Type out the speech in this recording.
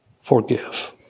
forgive